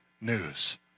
news